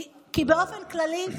כי באופן כללי,